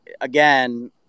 Again